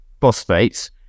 phosphates